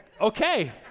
Okay